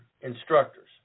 instructors